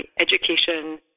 education